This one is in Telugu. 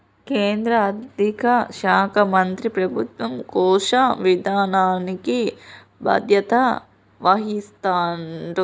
కేంద్ర ఆర్థిక శాఖ మంత్రి ప్రభుత్వ కోశ విధానానికి బాధ్యత వహిస్తాడు